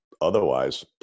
Otherwise